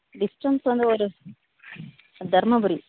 distance வந்து ஒரு தர்மபுரி